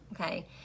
okay